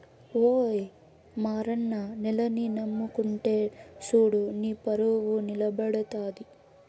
ఓయి మారన్న నేలని నమ్ముకుంటే సూడు నీపరువు నిలబడతది